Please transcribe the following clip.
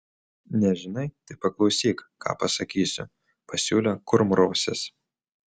nežinai tai paklausyk ką pasakysiu pasiūlė kurmrausis